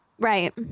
Right